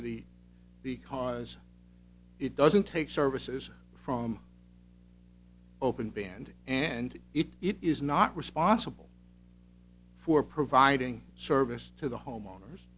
capacity because it doesn't take services from open band and it is not responsible for providing service to the homeowners